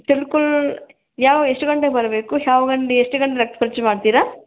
ತಿಳ್ಕೊಲ್ ಯಾವ ಎಷ್ಟು ಗಂಟೆಗೆ ಬರಬೇಕು ಯಾವ ಗನ್ ಎಷ್ಟು ಗಂಟೆ ರಕ್ತ ಪರೀಕ್ಷೆ ಮಾಡ್ತೀರ